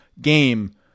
game